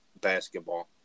basketball